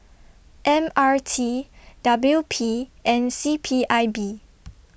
M R T W P and C P I B